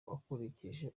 ukurikije